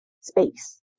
space